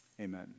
Amen